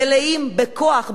מלאים בכוח,